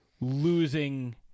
losing